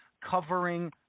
covering